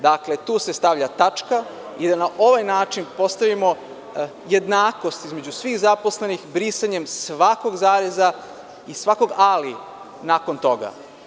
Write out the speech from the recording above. Dakle, tu se stavlja tačka i da na ovaj način postavimo jednakost između svih zaposlenih brisanjem svakog zareza i svakog „ali“ nakon toga.